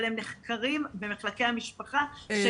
אבל הם נחקרים במחלקי המשפחה.